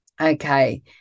Okay